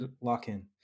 lock-in